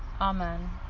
Amen